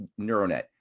Neuronet